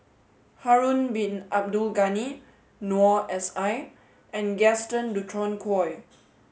Harun Hin Abdul Ghani Noor S I and Gaston Dutronquoy